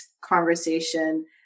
conversation